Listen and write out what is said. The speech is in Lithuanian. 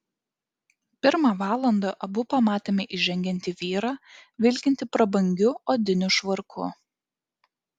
pirmą valandą abu pamatėme įžengiant vyrą vilkintį prabangiu odiniu švarku